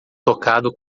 tocado